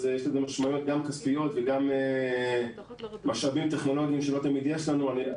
יש לזה משמעויות גם כספיות וגם משאבים טכנולוגיים שלא תמיד יש לנו.